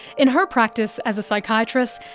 in her practice as a psychiatrist,